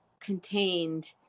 contained